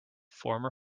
former